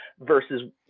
versus